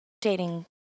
dating